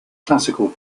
classical